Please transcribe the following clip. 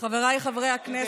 הכנסת,